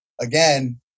again